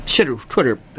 Twitter